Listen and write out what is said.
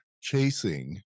chasing